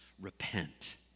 repent